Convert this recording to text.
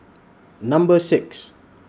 Number six